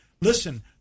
Listen